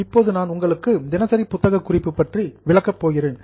இப்போது நான் உங்களுக்கு தினசரி புத்தக குறிப்பு பற்றி விளக்க போகிறேன்